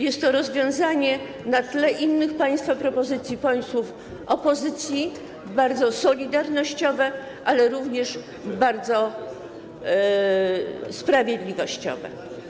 Jest to rozwiązanie na tle innych państwa propozycji, posłów opozycji, bardzo solidarnościowe, ale również bardzo sprawiedliwościowe.